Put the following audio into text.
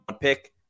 pick